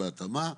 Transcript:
בהתאמה.